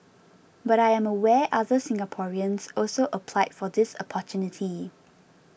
but I am aware other Singaporeans also applied for this opportunity